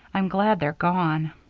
i'm glad they're gone.